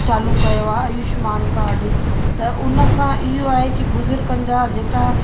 चालू कयो आहे आयुष्मान काड त हुन सां इहो आहे कि बुज़ुर्गनि जा जेका